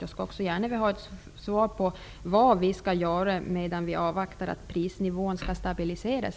Jag skulle också gärna vilja ha ett svar på frågan vad vi skall göra medan vi avvaktar att prisnivån skall stabiliseras.